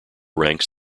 ranks